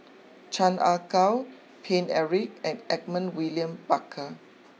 Chan Ah Kow Paine Eric and Edmund William Barker